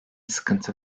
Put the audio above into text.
sıkıntı